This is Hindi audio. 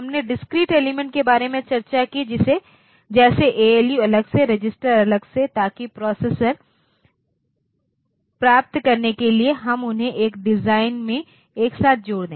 हमने डिस्क्रीट एलिमेंट के बारे में चर्चा की जैसे एएलयू अलग से रजिस्टर अलग से ताकि प्रोसेसर प्राप्त करने के लिए हम उन्हें एक डिजाइन में एक साथ जोड़ दें